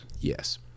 yes